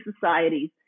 societies